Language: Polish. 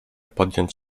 podjąć